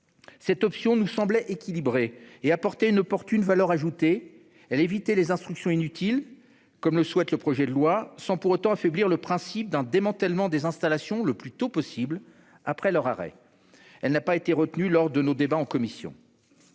Cette option nous semblait équilibrée et offrait une opportune valeur ajoutée : elle évitait les instructions inutiles, comme le souhaitent les auteurs du projet de loi, sans pour autant affaiblir le principe d'un démantèlement des installations, le plus tôt possible, après leur arrêt. Elle n'a pas été retenue lors de nos débats en commission.